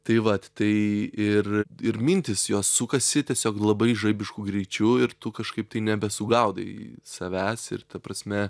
tai vat tai ir ir mintys jos sukasi tiesiog labai žaibišku greičiu ir tu kažkaip tai nebesugaudai savęs ir ta prasme